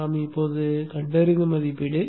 நாம் இப்போது கண்டறிந்த மதிப்பீடு